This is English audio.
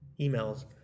emails